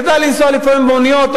כדאי לנסוע לפעמים במוניות,